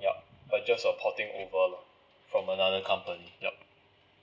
yup but just uh porting over lah from another company yup